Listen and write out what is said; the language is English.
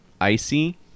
Icy